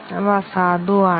അവ അസാധുവാണ്